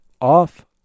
off